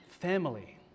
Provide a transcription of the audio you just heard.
family